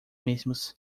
mismos